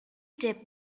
dip